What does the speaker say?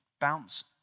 bounce